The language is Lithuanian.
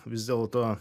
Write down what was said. vis dėlto